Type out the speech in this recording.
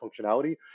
functionality